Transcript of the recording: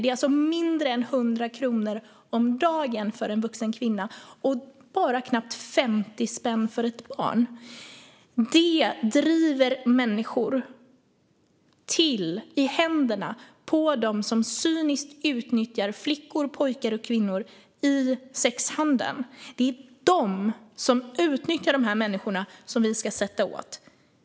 Det är alltså mindre än 100 kronor om dagen för en vuxen kvinna och bara knappt 50 spänn för ett barn. Det driver människor i händerna på dem som cyniskt utnyttjar flickor, pojkar och kvinnor i sexhandeln. Det är de som utnyttjar dessa människor som vi ska sätta åt.